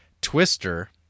Twister